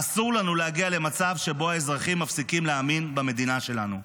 אסור לנו להגיע למצב שבו האזרחים מפסיקים להאמין במדינה שלנו.